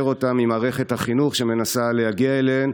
אותם עם מערכת החינוך שמנסה להגיע אליהם.